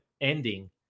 ending